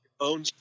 own